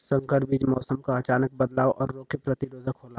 संकर बीज मौसम क अचानक बदलाव और रोग के प्रतिरोधक होला